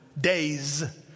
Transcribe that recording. days